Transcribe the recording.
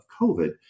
COVID